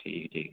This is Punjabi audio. ਠੀਕ ਠੀਕ